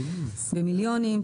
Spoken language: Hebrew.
במיליונים.